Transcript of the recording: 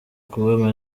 kuba